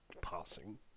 passing